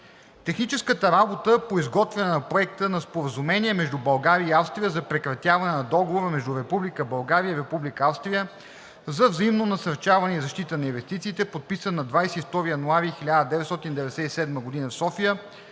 Техническата работа по изготвяне на проекта на Споразумение между България и Австрия за прекратяване на Договора между Република България и Република Австрия за взаимно насърчаване и защита на инвестициите, подписан на 22 януари 1997 г. в София,